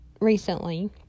recently